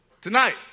Tonight